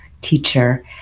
teacher